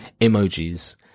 emojis